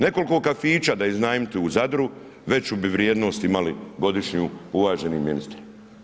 Nekoliko kafića da iznajmite u Zadru veću bi vrijednost imali godišnju uvaženi ministre.